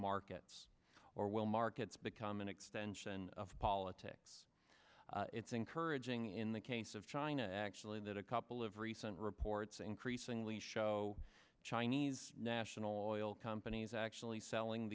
markets or will markets become an extension of politics it's encouraging in the case of china actually that a couple of recent reports increasingly show chinese national oil companies actually selling